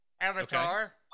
Avatar